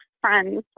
friends